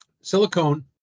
Silicone